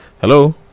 Hello